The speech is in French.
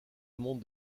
monde